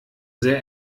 sehr